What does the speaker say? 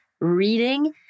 reading